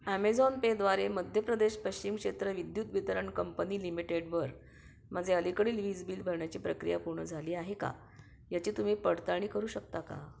Amazon पेद्वारे मध्य प्रदेश पश्चिम क्षेत्र विद्युत वितरण कंपनी लिमिटेडवर माझे अलीकडील वीज बिल भरण्याची प्रक्रिया पूर्ण झाली आहे का याची तुम्ही पडताळणी करू शकता का